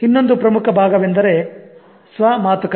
ಇನ್ನೊಂದು ಪ್ರಮುಖ ಭಾಗವೆಂದರೆ ಸ್ವ ಮಾತುಕತೆ